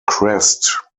crest